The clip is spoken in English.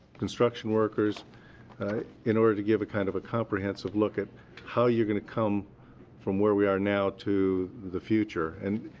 construction workers in order to give a kind of a comprehensive look at how you're going to come from where we are now to the future. and